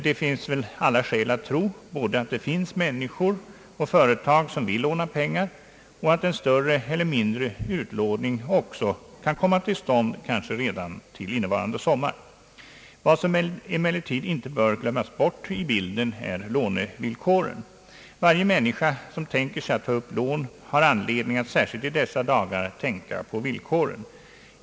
Det finns väl alla skäl att tro både att det finns människor och företag, som vill låna pengar, och att en större eller mindre utlåning även kan komma till stånd, kanske redan till innevarande sommar. Vad som emellertid inte bör glömmas bort i bilden är lånevillkoren. Varje människa, som tänker sig att ta upp ett lån, har särskilt i dessa dagar anledning att tänka på villkoren.